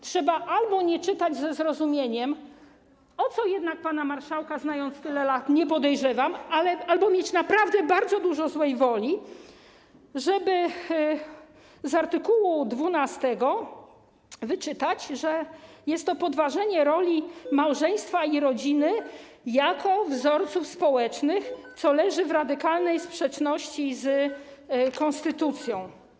Trzeba albo nie czytać ze zrozumieniem, o co jednak pana marszałka, znając go tyle lat, nie podejrzewam, albo mieć naprawdę bardzo dużo złej woli, żeby z art. 12 wyczytać, że jest to podważenie roli małżeństwa i rodziny jako wzorców społecznych, co leży w radykalnej sprzeczności z konstytucją.